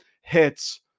hits